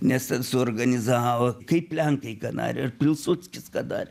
nes ten suorganizavo kaip lenkai ką darė ir pilsudskis ką darė